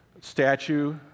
statue